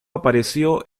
apareció